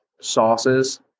sauces